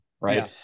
right